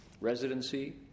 residency